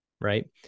Right